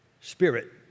Spirit